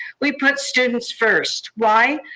we put students first, why?